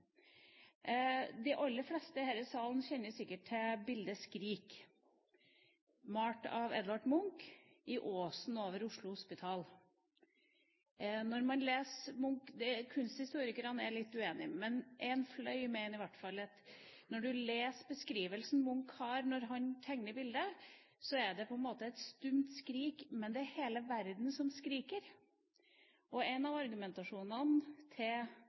De aller fleste i denne salen kjenner sikkert til bildet Skrik, malt av Edvard Munch i åsen over Oslo Hospital. Når man leser om Munch, ser man at kunsthistorikerne er litt uenige. En fløy mener i hvert fall at den beskrivelsen Munch gir når han tegner bildet, er at det på en måte er et stumt skrik, men det er hele verden som skriker. Et av